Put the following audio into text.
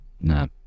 No